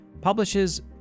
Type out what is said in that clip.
publishes